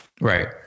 Right